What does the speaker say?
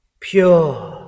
pure